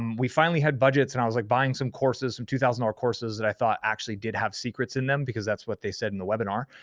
we finally had budgets and i was like buying some courses, some two thousand dollars courses that i thought actually did have secrets in them because that's what they said in the webinar,